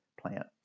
plant